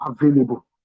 available